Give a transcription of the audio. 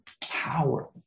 power